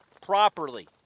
properly